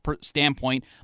standpoint